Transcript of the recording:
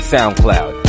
SoundCloud